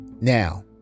Now